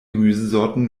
gemüsesorten